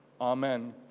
Amen